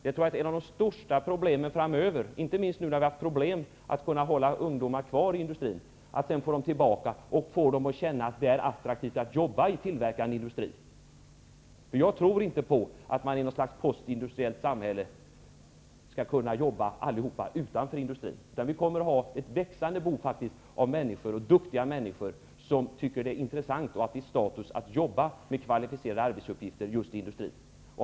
Jag tror att ett av de största problemen framöver kommer att vara att få ungdomarna tillbaka till industrin och att få dem att känna att det är attraktivt att jobba i tillverkande industri, inte minst med tanke på att det har varit problem att hålla ungdomarna kvar i industrin. Jag tror inte att alla människor i något slags postindustriellt samhälle skall kunna jobba utanför industrin. Vi kommer faktiskt att ha ett växande behov av duktiga människor som tycker att det är intressant och att det är status att jobba med kvalificerade arbetsuppgifter just inom industrin.